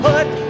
Put